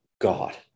God